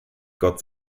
gott